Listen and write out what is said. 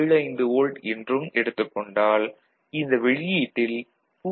75 volt என்றும் எடுத்துக் கொண்டால் இந்த வெளியீட்டில் 0